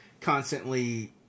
constantly